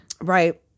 Right